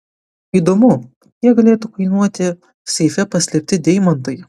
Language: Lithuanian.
įdomu kiek galėtų kainuoti seife paslėpti deimantai